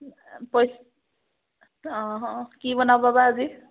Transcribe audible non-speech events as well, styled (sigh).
(unintelligible) অঁ অঁ কি বনাবাে বা আজি